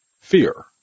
fear